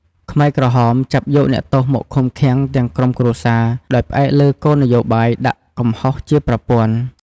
ខ្មែរក្រហមចាប់យកអ្នកទោសមកឃុំឃាំងទាំងក្រុមគ្រួសារ ដោយផ្អែកលើគោលនយោបាយដាក់កំហុសជាប្រព័ន្ធ។